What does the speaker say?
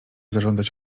zażądać